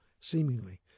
seemingly